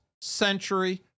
century